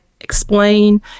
explain